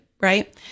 right